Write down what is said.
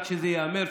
רק שזה ייאמר,